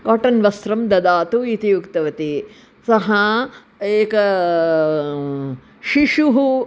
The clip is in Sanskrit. काटन् वस्रं ददातु इति उक्तवती सः एकः शिशुः